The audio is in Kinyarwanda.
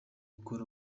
gukora